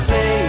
Say